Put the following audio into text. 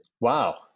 Wow